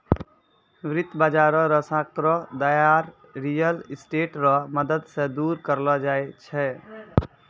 वित्त बाजार रो सांकड़ो दायरा रियल स्टेट रो मदद से दूर करलो जाय छै